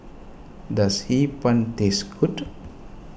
does Hee Pan taste good